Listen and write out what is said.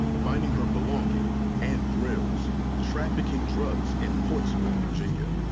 finding her belonging and thrills trafficking drugs in portsmouth, virginia.